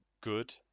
good